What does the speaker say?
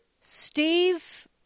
Steve